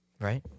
Right